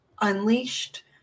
Unleashed